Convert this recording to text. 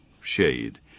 shade